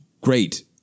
great